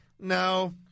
No